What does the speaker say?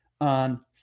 on